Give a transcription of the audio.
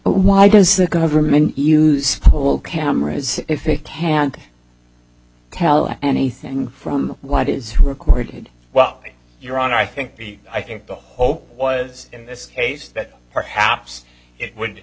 why does the government use cameras if they can't tell anything from what is recorded well you're on i think the i think the hope was in this case that perhaps it